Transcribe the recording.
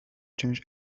change